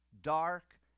dark